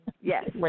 Yes